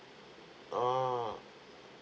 oh